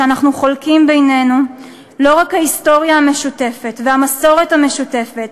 אנחנו חולקים בינינו לא רק היסטוריה משותפת ומסורת משותפת,